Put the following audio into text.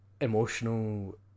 emotional